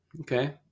Okay